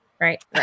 Right